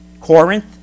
Corinth